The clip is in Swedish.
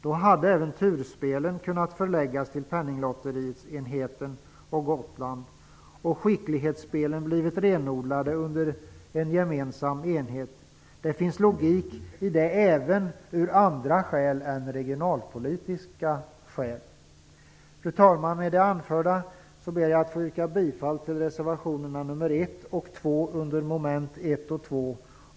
Då hade även turspelen kunnat förläggas till Penninglotteriets enhet på Gotland, och skicklighetsspelen hade blivit renodlade under en gemensam enhet. Det finns en logik i detta även av andra än regionalpolitiska skäl. Fru talman! Med det anförda ber jag att få yrka bifall till reservationerna 1 och 2 under mom. 1 och 2.